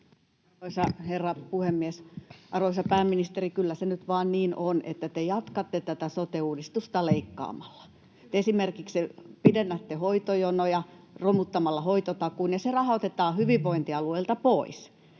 Arvoisa herra puhemies! Arvoisa pääministeri, kyllä se nyt vain niin on, että te jatkatte tätä sote-uudistusta leikkaamalla. Te esimerkiksi pidennätte hoitojonoja romuttamalla hoitotakuun, ja se rahoitetaan hyvinvointialueilta pois.